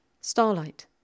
Starlight